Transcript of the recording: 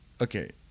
Okay